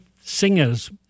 singers